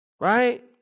Right